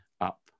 up